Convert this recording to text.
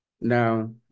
Now